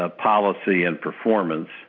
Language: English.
ah policy and performance.